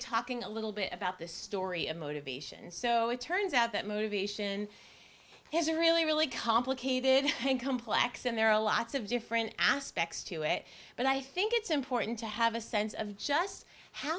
talking a little bit about this story of motivation so it turns out that motivation has a really really complicated and complex and there are lots of different aspects to it but i think it's important to have a sense of just how